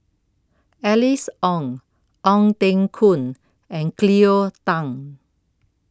Alice Ong Ong Teng Koon and Cleo Thang